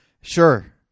Sure